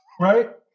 right